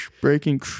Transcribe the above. Breaking